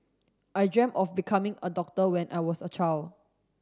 I dreamt of becoming a doctor when I was a child